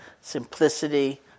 simplicity